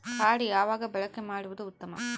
Card ಯಾವಾಗ ಬಳಕೆ ಮಾಡುವುದು ಉತ್ತಮ?